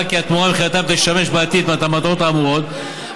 שהתמורה ממכירתם תשמש בעתיד את המטרות האמורות,